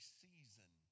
season